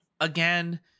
again